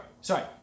sorry